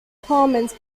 comments